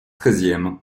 treizième